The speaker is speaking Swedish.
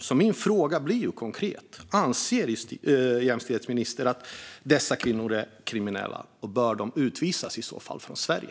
Min konkreta fråga blir alltså: Anser jämställdhetsministern att dessa kvinnor är kriminella, och bör de i så fall utvisas ur Sverige?